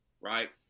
Right